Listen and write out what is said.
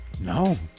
No